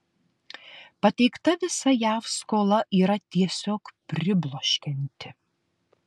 pateikta visa jav skola yra tiesiog pribloškianti